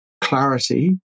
clarity